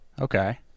okay